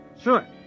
Sure